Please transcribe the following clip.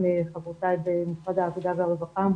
גם חברותיי במשרד העבודה והרווחה אמרו,